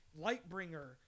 Lightbringer